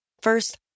First